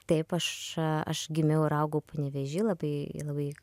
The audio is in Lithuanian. taip aš aš gimiau ir augau panevėžy labai labai